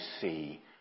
see